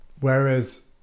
Whereas